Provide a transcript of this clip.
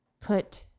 put